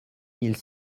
mille